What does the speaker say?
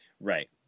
right